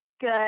Good